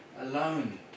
alone